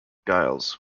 giles